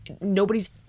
Nobody's